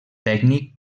tècnic